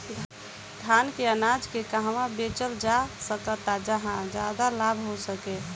धान के अनाज के कहवा बेचल जा सकता जहाँ ज्यादा लाभ हो सके?